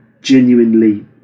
genuinely